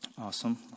awesome